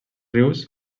rius